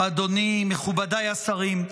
מכובדיי השרים,